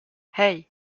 hey